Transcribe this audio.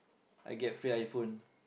I get free iPhone